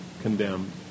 condemned